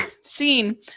seen